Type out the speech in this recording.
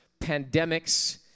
pandemics